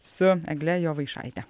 su egle jovaišaite